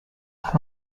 are